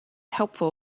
helpful